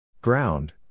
Ground